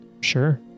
Sure